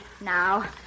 Now